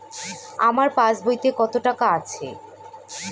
আমার পাস বইতে কত টাকা আছে?